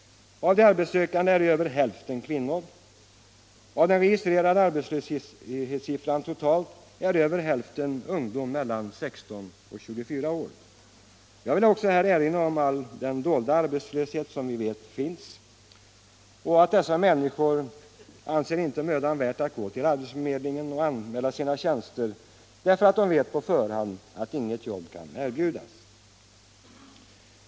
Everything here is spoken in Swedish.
Av de arbetssökande är över hälften kvinnor, av det totala antalet registrerade arbetslösa är över hälften ungdom mellan 16 och 24 år. Jag vill här också erinra om all den dolda arbetslöshet som vi vet finns. Många människor anser det inte mödan värt att gå till arbetsförmedlingen och anmäla sina tjänster därför att de på förhand vet att inget jobb kan erbjudas.